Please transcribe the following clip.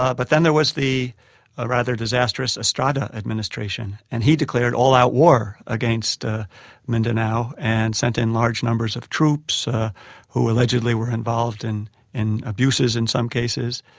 ah but then there was the ah rather disastrous estrada administration, and he declared all-out war against ah mindanao, and sent in large numbers of troops who allegedly were involved in in abuses in some cases.